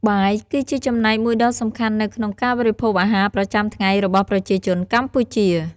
បាយគឺជាចំណែកមួយដ៏សំខាន់នៅក្នុងការបរិភោគអាហារប្រចាំថ្ងៃរបស់ប្រជាជនកម្ពុជា។